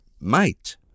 mate